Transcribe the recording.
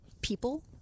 people